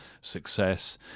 success